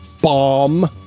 bomb